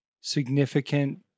significant